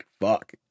Fuck